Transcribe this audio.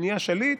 נהיה שליט,